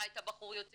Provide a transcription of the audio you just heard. היה את הבחור יוצא